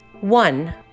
One